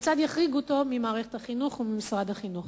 כיצד יחריגו את מערכת החינוך ומשרד החינוך.